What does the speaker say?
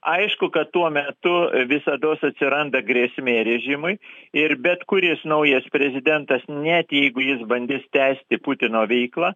aišku kad tuo metu visados atsiranda grėsmė režimui ir bet kuris naujas prezidentas net jeigu jis bandis tęsti putino veiklą